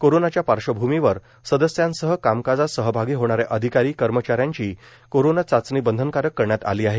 कोरोनाच्या पार्श्वभूमीवर सदस्यांसह कामकाजात सहभागी होणाऱ्या अधिकारी कर्मचाऱ्यांची कोरोना चाचणी बंधनकारक करण्यात आली आहे